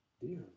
Dear